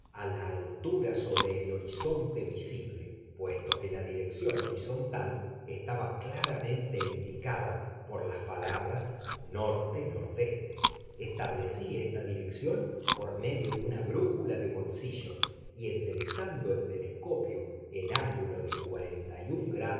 la altura sobre el horizonte visible puesto que la dirección horizontal estaba claramente indicada por las palabras norte nordeste establecí esta dirección por medio de una brújula de bolsillo y enderezando el telescopio en ángulo de cuarenta y un